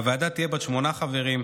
הוועדה תהיה בת שמונה חברים,